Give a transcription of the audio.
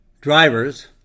drivers